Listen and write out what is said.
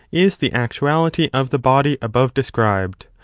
is the actuality of the body above described.